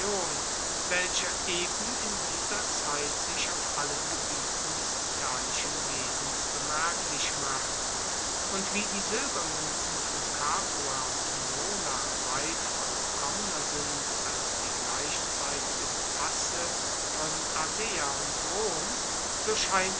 welcher eben in dieser zeit sich auf allen gebieten des italischen wesens bemerklich macht und wie die silbermuenzen von capua und nola weit vollkommener sind als die gleichzeitigen asse von ardea und rom so scheint